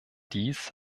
dies